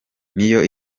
niyo